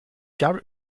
garrett